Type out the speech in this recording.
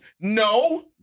no